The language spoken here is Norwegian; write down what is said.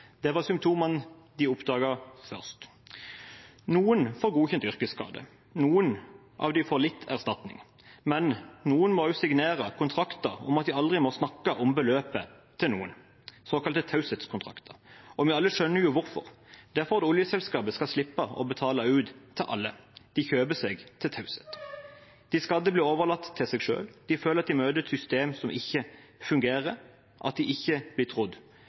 Det var symptomene de oppdaget først. Noen får godkjent yrkesskade. Noen av dem får litt erstatning, men noen må signere kontrakt om at de aldri må snakke om beløpet til noen, såkalte taushetskontrakter. Vi skjønner jo hvorfor. Det er for at oljeselskapet skal slippe å betale ut til alle. De kjøper seg til taushet. De skadde blir overlatt til seg selv. De føler at de møter et system som ikke fungerer, og at de ikke blir trodd.